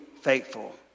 Faithful